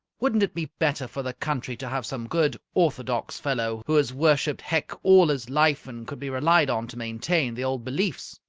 wouldn't it be better for the country to have some good orthodox fellow who has worshipped hec all his life, and could be relied on to maintain the old beliefs